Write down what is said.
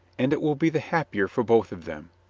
and it will be the happier for both of them.